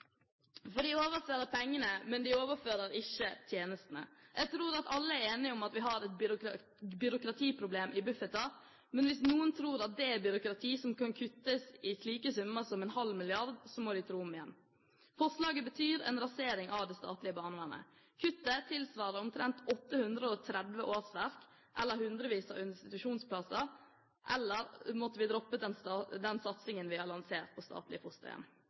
For de overfører pengene, men de overfører ikke tjenestene. Jeg tror at alle er enige om at vi har et byråkratiproblem i Bufetat, men hvis noen tror at det er et byråkrati der en kan kutte slike summer som ½ mrd. kr, må de tro om igjen. Forslaget betyr en rasering av det statlige barnevernet. Kuttet tilsvarer omtrent 830 årsverk, eller hundrevis av institusjonsplasser, eller at vi må droppe den satsingen som vi har lansert på statlige fosterhjem.